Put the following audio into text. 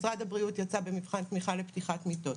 משרד הבריאות יצא במבחן תמיכה לפתיחת מיטות.